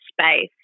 space